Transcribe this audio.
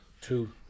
Two